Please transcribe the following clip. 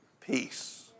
peace